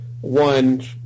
one